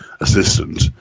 assistant